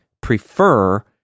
prefer